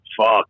fuck